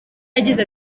yagize